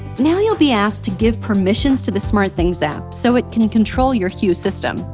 now you'll be asked to give permissions to the smartthings app so it can control your hue system.